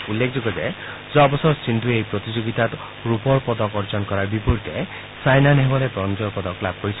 উল্লেখযোগ্য যে যোৱা বছৰ সিঙ্গুৱে এই প্ৰতিযোগিতাত ৰূপৰ পদক অৰ্জন কৰাৰ বিপৰীতে ছাইনা নেহৱালে ৱঞ্জৰ পদক লাভ কৰিছিল